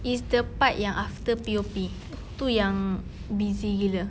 it's the part yang after P_O_P itu yang busy gila